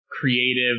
creative